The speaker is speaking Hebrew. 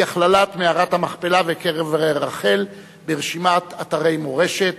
אי-הכללת מערת המכפלה וקבר רחל ברשימת אתרי מורשת.